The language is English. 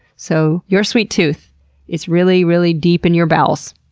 so your sweet tooth is really, really deep in your bowels.